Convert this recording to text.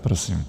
Prosím.